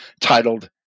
titled